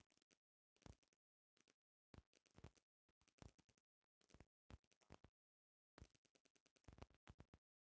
अलग अलग जगह के अनुसार खेत में काम करे वाला लोग के काम थोड़ा बहुत अलग होखेला